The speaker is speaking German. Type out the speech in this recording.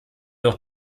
doch